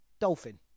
Dolphin